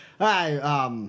hi